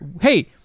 hey